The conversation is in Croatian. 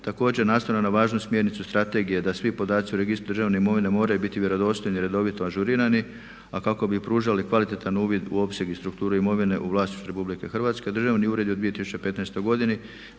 također nastavno na važnu smjernicu strategije da svi podaci u registru državne imovine moraju biti vjerodostojni i redovito ažurirani a kako bi pružali kvalitetan uvid u opseg i strukturu imovine u vlasništvu Republike Hrvatske Državni ured je u 2015. godini